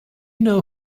know